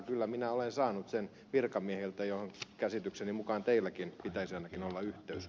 kyllä minä olen saanut sen virkamiehiltä joihin käsitykseni mukaan teilläkin pitäisi ainakin olla yhteys